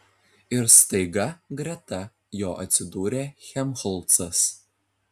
ir staiga greta jo atsidūrė helmholcas